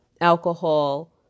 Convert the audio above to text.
alcohol